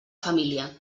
família